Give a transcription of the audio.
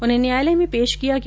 उन्हें न्यायालय में पेश किया गया